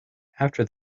after